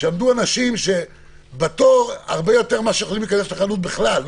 שעמדו אנשים בתור הרבה יותר משיכולים להיכנס לחנות בכלל.